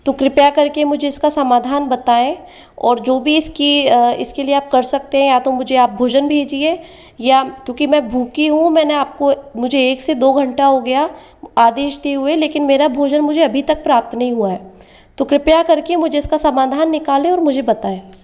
तो कृपया करके मुझे इसका समाधान बताएं और जो भी इसकी इसके लिए आप कर सकते हैं या तो मुझे आप भोजन भेजिए या क्योंकि मैं भूखी हूँ मैंने आपको मुझे एक से दो घंटा हो गया आदेश दिये हुए लेकिन मेरा भोजन मुझे अभी तक प्राप्त नहीं हुआ है तो कृपया करके मुझे इसका समाधान निकालें और मुझे बताएं